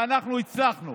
ואנחנו הצלחנו